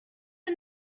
and